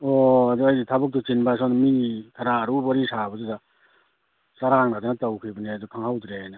ꯑꯣ ꯑꯗꯣ ꯑꯩꯁꯨ ꯊꯕꯛꯇꯨ ꯆꯤꯟꯕ ꯁꯣꯝꯗ ꯃꯤ ꯈꯔ ꯑꯔꯨꯕ ꯋꯥꯔꯤ ꯁꯥꯕꯗꯨꯗ ꯆꯔꯥꯡꯅꯗꯅ ꯇꯧꯈꯤꯕꯅꯦ ꯑꯗꯨ ꯈꯪꯍꯧꯗ꯭ꯔꯦꯅ